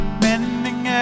mending